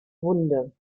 wunde